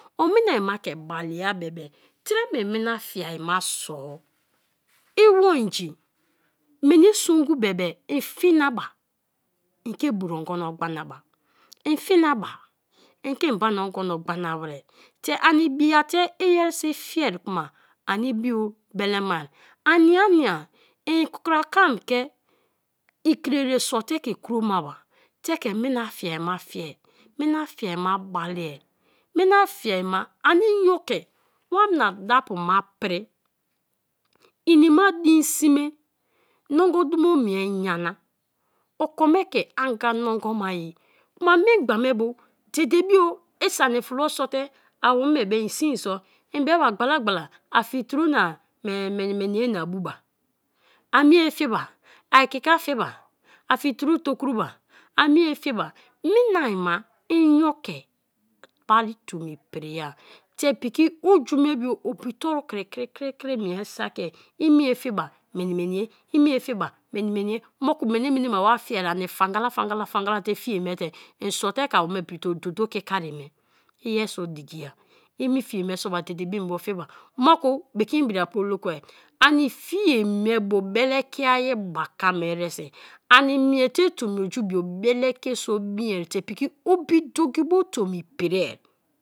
Iminai ma ke balea bebe tie me mina fiai ma sor, iwo inji meni songu be be in fina ba in ke buru ogino gbana ba, in fina ba in ke mbana ogono gbanaba wer te ani biate iyeriso i fiai kuma ani ibioku belemari ania nia ikukra kam ke ikerere sor te ke kroma bate ke mina fiai ma fieai, mina fiai ma balea; mina fiai ma ani inyo ke wena daele ma pri, ini ma din sme nongo dumo mie nyana, okie ke anga nongo ma ye; kuma memgba me bio, dedebio isani flo sor te awome be i sin so i be be gbalagbala; a me fiba, a kaki fiba, a fituru tokruba; a me fiba, minai ma inye ke bari tomi pria te piki oju me bio obi toro kri kri kri kri mie saki, i mie fi ba miniye, ime fiba mini ye. Moku mene-mene ma wa fi ani fangala, fangala, fangala, te fie me te i sor te ke awome prite ododo kika ye me; iye so dikia ime fie me sor ba dede bio mbo fiba; moku bekin biriapu olu ko-a ani fie me bu bele ki-a ba kam eresi ani mie te tomi oju bio bele ki so bim te obi do ki bo tomi pria